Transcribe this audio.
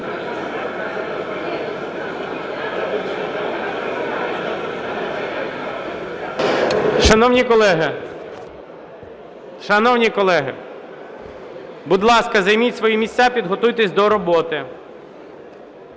Шановні колеги, будь ласка, займіть свої місця, підготуйтесь до роботи.